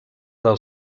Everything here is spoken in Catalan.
del